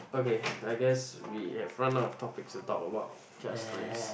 okay I guess we have run out of topics to talk about just nice